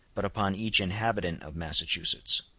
but upon each inhabitant of massachusetts.